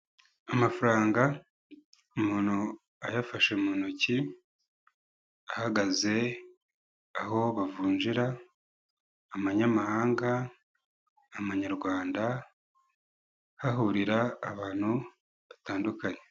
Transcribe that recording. Amafaranga umuntu ayafashe mu ntoki ahagaze aho bavunjira amanyamahanga, amanyarwanda hahurira abantu batandukanye.